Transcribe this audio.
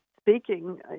speaking